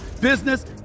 business